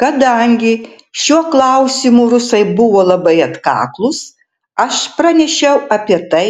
kadangi šiuo klausimu rusai buvo labai atkaklūs aš pranešiau apie tai